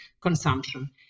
consumption